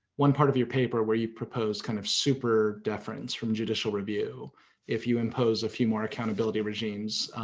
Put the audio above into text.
one part of your paper where you propose kind of super deference from judicial review if you impose a few more accountability regimes.